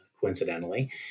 coincidentally